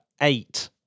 eight